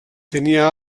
tenia